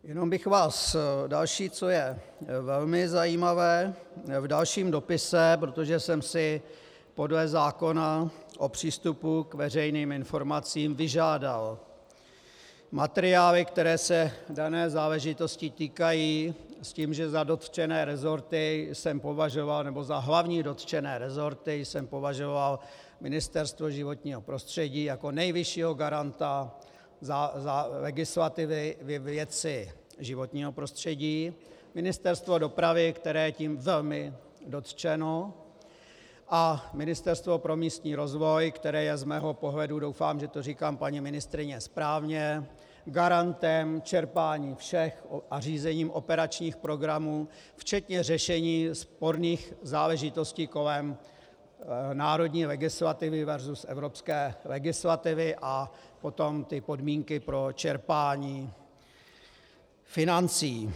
Jenom bych vás další, co je velmi zajímavé, v dalším dopise, protože jsem si podle zákona o přístupu k veřejným informacím vyžádal materiály, které se dané záležitosti týkají, s tím, že za dotčené resorty jsem považoval, nebo za hlavní dotčené resorty jsem považoval Ministerstvo životního prostředí jako nejvyššího garanta za legislativy ve věci životního prostředí, Ministerstvo dopravy, které tím je velmi dotčeno, a Ministerstvo pro místní rozvoj, které je z mého pohledu, doufám, že to říkám, paní ministryně, správně, garantem čerpání a řízením všech operačních programů včetně řešení sporných záležitostí kolem národní legislativy versus evropské legislativy, a potom ty podmínky pro čerpání financí.